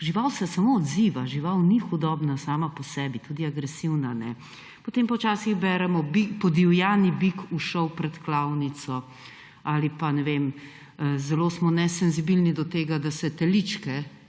Žival se samo odziva, žival ni hudobna sama po sebi, tudi agresivna ne. Potem pa včasih beremo, podivjani bik ušel pred klavnico, ali pa smo zelo nesenzibilni do tega, da se teličke